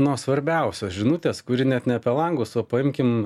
nuo svarbiausios žinutės kuri net ne apie langus o paimkim